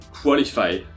qualify